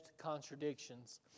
contradictions